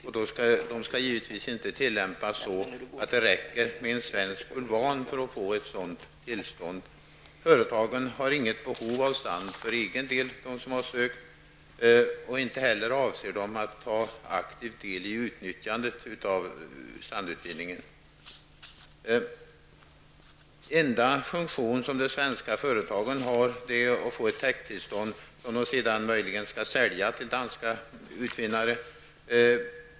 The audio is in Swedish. Dessa regler skall givetvis inte tillämpas på ett sådant sätt att det räcker med en svensk bulvan för att få ett sådant tillstånd. De företag som har sökt tillstånd har inte något behov av sand för egen del. De avser inte heller att ta aktiv del i utnyttjandet av sandutvinningen. Den enda funktion som de svenska företagen har är att få ett täkttillstånd som de sedan möjligen skall sälja till danska utvinnare.